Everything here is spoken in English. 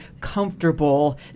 comfortable